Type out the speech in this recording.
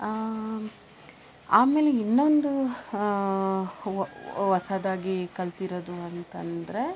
ಆಮೇಲೆ ಇನ್ನೊಂದು ಹೊಸದಾಗಿ ಕಲ್ತಿರೋದು ಅಂತಂದರೆ